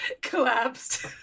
collapsed